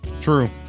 True